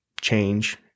change